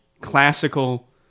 classical